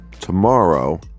tomorrow